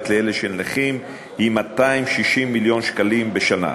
לאלה של נכים היא 260 מיליון שקלים בשנה.